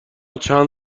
چند